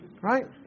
Right